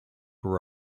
were